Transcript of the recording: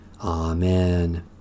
Amen